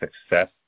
success